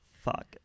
fuck